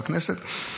בכנסת.